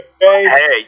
Hey